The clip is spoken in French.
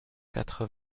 quatre